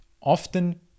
often